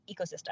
ecosystem